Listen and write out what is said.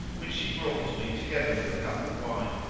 which she brought to me together with a cup of wine.